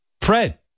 Fred